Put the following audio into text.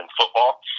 football